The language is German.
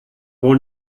wohl